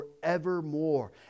forevermore